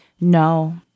No